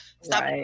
Stop